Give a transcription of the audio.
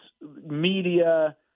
media